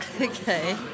Okay